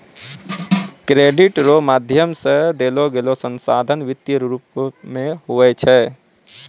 credit रो माध्यम से देलोगेलो संसाधन वित्तीय रूप मे हुवै छै